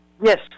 Yes